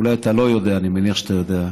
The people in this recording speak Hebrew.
אולי אתה לא יודע, אני מניח שאתה יודע: